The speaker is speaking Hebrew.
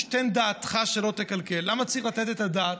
"תן דעתך שלא תקלקל" למה צריך לתת את הדעת?